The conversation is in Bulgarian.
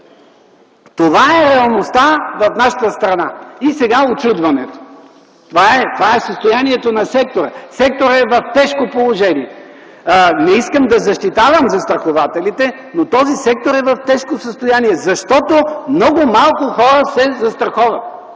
Това е реалността в нашата страна. Сега, учудването. Това е състоянието на сектора. Секторът е в тежко положение. Не искам да защитавам застрахователите, но този сектор е в тежко състояние, защото много малко хора се застраховат.